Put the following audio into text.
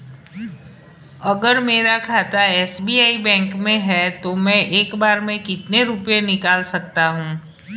अगर मेरा खाता एस.बी.आई बैंक में है तो मैं एक बार में कितने रुपए निकाल सकता हूँ?